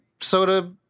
soda